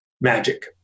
magic